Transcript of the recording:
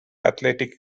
athletic